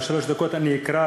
בשלוש דקות אקרא,